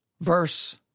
verse